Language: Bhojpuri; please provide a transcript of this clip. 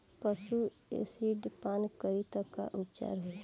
पशु एसिड पान करी त का उपचार होई?